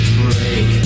break